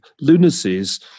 lunacies